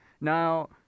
Now